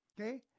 okay